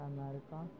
America